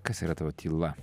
kas yra tavo tyla